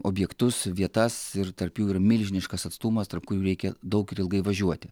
objektus vietas ir tarp jų yra milžiniškas atstumas tarp kurių reikia daug ir ilgai važiuoti